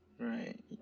Right